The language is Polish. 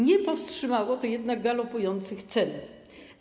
Nie powstrzymało to jednak galopujących cen.